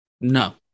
No